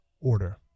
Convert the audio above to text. order